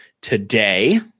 today